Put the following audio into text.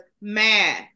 math